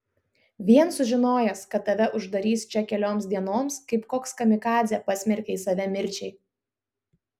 vien sužinojęs kad tave uždarys čia kelioms dienoms kaip koks kamikadzė pasmerkei save mirčiai